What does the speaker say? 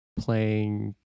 playing